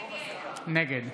נגד